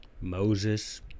Moses